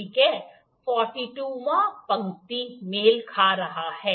ठीक है 42 वीं पंक्ति मेल खा रही है